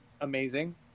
amazing